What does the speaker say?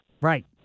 Right